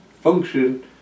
function